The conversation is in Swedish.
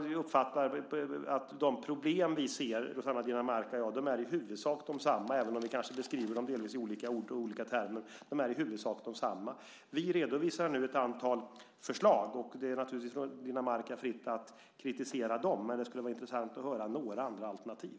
Jag uppfattar att de problem vi ser, Rossana Dinamarca och jag, i huvudsak är desamma, även om vi kanske beskriver dem i delvis olika termer. Vi redovisar nu ett antal förslag, och det står naturligtvis Dinamarca fritt att kritisera dem, men det skulle vara intressant att höra några andra alternativ.